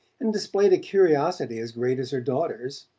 and displayed a curiosity as great as her daughter's,